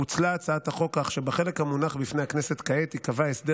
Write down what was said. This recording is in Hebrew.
פוצלה הצעת החוק כך שבחלק המונח בפני הכנסת כעת ייקבע הסדר